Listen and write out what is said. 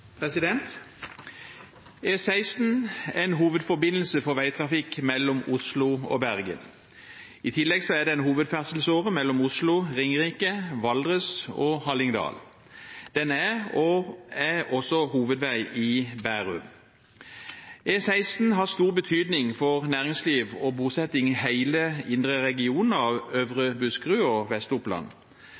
en hovedforbindelse for veitrafikk mellom Oslo og Bergen. I tillegg er det en hovedferdselsåre mellom Oslo, Ringerike, Valdres og Hallingdal. Den er også hovedvei i Bærum. E16 har stor betydning for næringsliv og bosetting i hele indre region av øvre Buskerud og